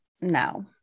no